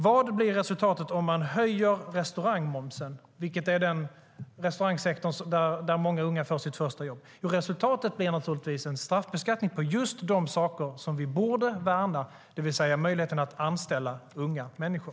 Vad blir resultatet om man höjer restaurangmomsen? I restaurangsektorn får många unga sitt första jobb. Jo, resultatet blir naturligtvis en straffbeskattning på just de saker som vi borde värna, det vill säga möjligheten att anställa unga människor.